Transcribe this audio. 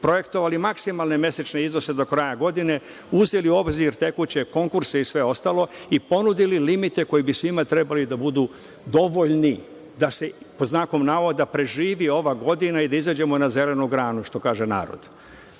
projektovali maksimalne mesečne iznose do kraja godine, uzeli u obzir tekuće konkurse i sve ostalo i ponudili limite koji bi svima trebali da budu dovoljni da se, pod znakom navoda, preživi ova godina i da izađemo na zelenu granu, što kaže narod. Mnogi